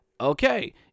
Okay